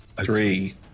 Three